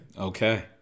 Okay